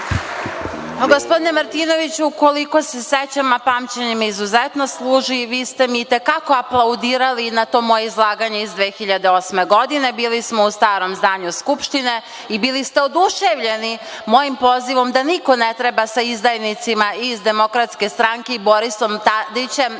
Gospodine Martinoviću, koliko se sećam, a pamćenje me izuzetno služi, vi ste mi i te kako aplaudirali na to moje izlaganje iz 2008. godine. Bili smo u starom zdanju Skupštine i bili ste oduševljeni mojim pozivom da niko ne treba sa izdajnicima iz DS i Borisom Tadićem